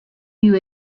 you